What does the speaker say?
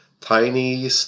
tiny